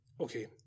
Okay